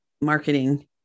marketing